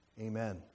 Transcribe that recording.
amen